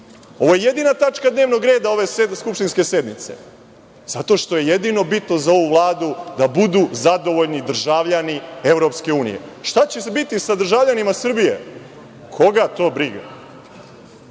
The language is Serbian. Ovo je jedina tačka dnevnog reda ove skupštinske sednice zato što je jedino bitno za ovu Vladu da budu zadovoljni državljani EU. Šta će biti sa državljanima Srbije, koga to briga. Da